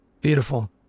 beautiful